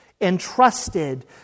entrusted